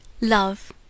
Love